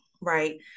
Right